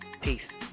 Peace